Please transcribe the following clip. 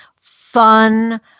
fun